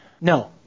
no